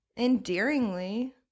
endearingly